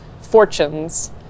fortunes